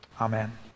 Amen